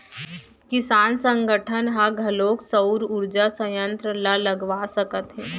किसान संगठन ह घलोक सउर उरजा संयत्र ल लगवा सकत हे